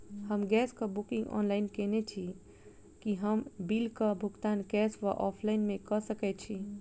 हम गैस कऽ booking online केने छी, की हम बिल कऽ भुगतान कैश वा ऑफलाइन मे कऽ सकय छी?